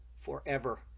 forever